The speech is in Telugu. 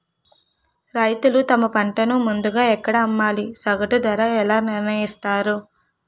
రైతులు తమ పంటను ముందుగా ఎక్కడ అమ్మాలి? సగటు ధర ఎలా నిర్ణయిస్తారు?